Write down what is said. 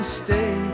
stay